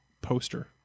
poster